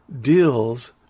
deals